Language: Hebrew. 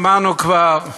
שמענו כבר,